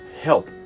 Help